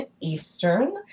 eastern